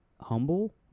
humble